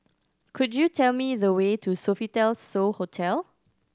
could you tell me the way to Sofitel So Hotel